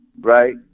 Right